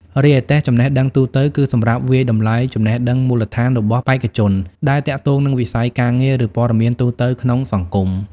រីឯតេស្តចំណេះដឹងទូទៅ គឺសម្រាប់វាយតម្លៃចំណេះដឹងមូលដ្ឋានរបស់បេក្ខជនដែលទាក់ទងនឹងវិស័យការងារ ឬព័ត៌មានទូទៅក្នុងសង្គម។